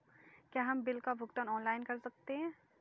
क्या हम बिल का भुगतान ऑनलाइन कर सकते हैं?